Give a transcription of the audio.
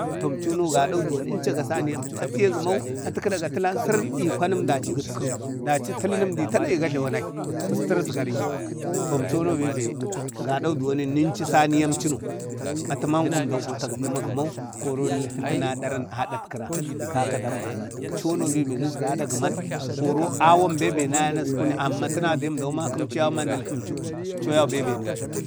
Tom chono ga daube nənchago gəmau, atiye tamma kadaga talan sərənəm e kwanəm, dachi gət kəru, dachi tələndi tala ayi gaglawanai, gastra azgarani, tom chono beube gaɗau duwon nunchu saniyan chuno, atəmanko əmdau kotutu ma gəmau koro nəlhə ɗaran aɗatkəra, kaka dambanati, əmchono be nazga aɗa gəman koro awan benbe naskuna amma təna əmdau maka əmchoyau, choman beube chon.